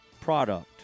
product